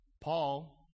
Paul